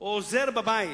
או עוזר בבית,